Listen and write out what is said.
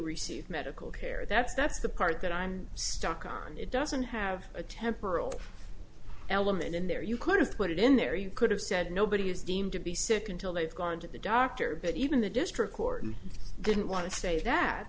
receive medical care that's that's the part that i'm stuck on it doesn't have a temporal element in there you could've put it in there you could have said nobody is deemed to be sick until they've gone to the doctor but even the district court and didn't want to say that